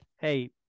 Hey